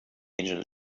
angel